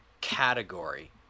category